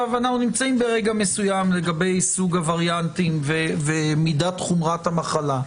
עכשיו אנחנו נמצאים ברגע מסוים לגבי סוג הווריאנטים ומידת חומרת המחלה.